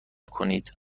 کنید